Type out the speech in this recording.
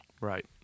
Right